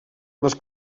les